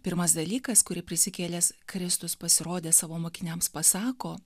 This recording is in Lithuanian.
pirmas dalykas kurį prisikėlęs kristus pasirodė savo mokiniams pasako